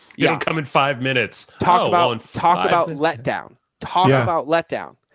you can come in five minutes. talk about, and talk about, let down, talk about, let down.